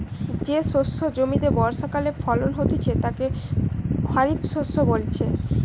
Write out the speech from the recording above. যে শস্য জমিতে বর্ষাকালে ফলন হতিছে তাকে খরিফ বলতিছে